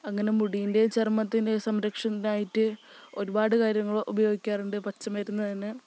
അങ്ങനെ മുടീൻ്റെയും ചർമ്മത്തിന്റെയും സംരക്ഷണത്തിനായിട്ട് ഒരുപാടു കാര്യങ്ങള് ഉപയോഗിക്കാറുണ്ട് പച്ചമരുന്നുതന്നെ